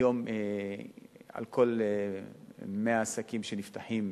היום על כל 100 עסקים שנפתחים,